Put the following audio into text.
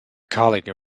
colleague